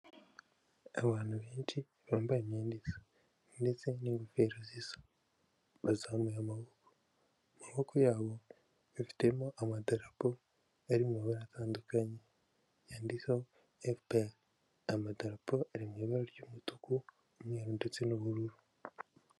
Abantu benshi bambaye imyenda isa ndetse n'ingofero zisa. Bazamuye amaboko. Mu maboko yabo bafitemo amadarapo ari mu mabara atandukanye yanditseho FPR. Amadarapo ari mu ibara ry'umutuku, umweru ndetse n'ubururu.